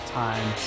time